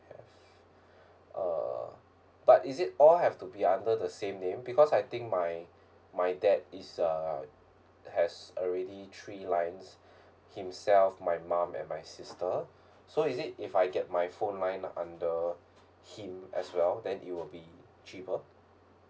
have uh but is it all have to be under the same name because I think my my dad is uh has already three lines himself my mom and my sister so is it if I get my phone mine under him as well then it will be cheaper